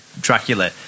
Dracula